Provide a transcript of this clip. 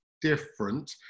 different